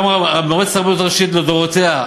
גם מועצת הרבנות הראשית לדורותיה,